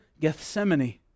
Gethsemane